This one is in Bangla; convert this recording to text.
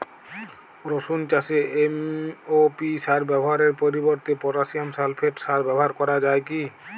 রসুন চাষে এম.ও.পি সার ব্যবহারের পরিবর্তে পটাসিয়াম সালফেট সার ব্যাবহার করা যায় কি?